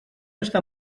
està